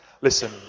Listen